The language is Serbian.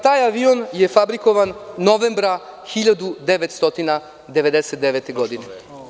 Taj avion je fabrikovan novembra 1999. godine.